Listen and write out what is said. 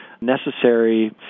necessary